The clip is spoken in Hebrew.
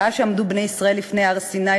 בשעה שעמדו בני-ישראל לפני הר-סיני